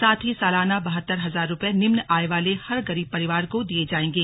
साथ ही सालाना बहत्तर हजार रूपये निम्न आय वाले हर गरीब परिवार को दिये जायेंगे